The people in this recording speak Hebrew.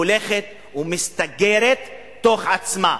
הולכת ומסתגרת בתוך עצמה.